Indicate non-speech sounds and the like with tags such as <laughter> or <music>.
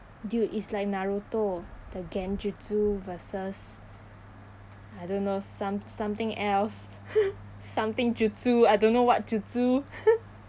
dude it's like naruto the genjutsu versus I don't know some~ something else <laughs> something jutsu I don't know what jutsu <laughs>